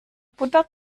butter